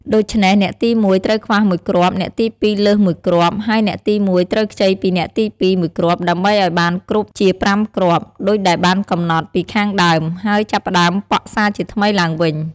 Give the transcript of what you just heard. ដូច្នេះអ្នកទី១ ត្រូវខ្វះ ១ គ្រាប់ អ្នកទី២ លើស ១ គ្រាប់ ហើយអ្នកទី១ ត្រូវខ្ចីពីអ្នកទី២ មួយគ្រាប់ ដើម្បីឲ្យបានគ្រប់ជា ៥គ្រាប់ ដូចដែលបានកំណត់ពីខាងដើម ហើយចាប់ផ្តើមប៉ក់សាជាថ្មីឡើងវិញ។